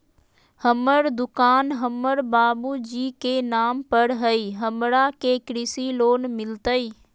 हमर दुकान हमर बाबु तेजी के नाम पर हई, हमरा के कृषि लोन मिलतई?